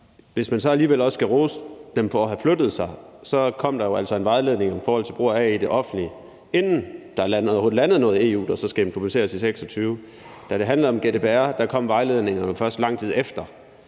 Hvis man alligevel også skal rose dem for at have flyttet sig, kom der jo en vejledning i forhold til brug af AI i det offentlige, inden der landede noget i EU, som så skal implementeres i 2026. Da det handlede om GDPR, kom vejledningerne, først lang tid efter